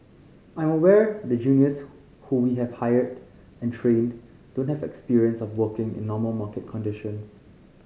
I'm aware the juniors who we have hired and trained don't have experience of working in normal market conditions